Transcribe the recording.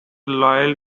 loyal